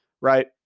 right